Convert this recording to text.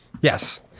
Yes